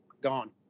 Gone